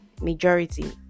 majority